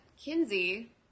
Kinsey